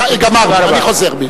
גמרנו, אני חוזר בי.